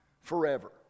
forever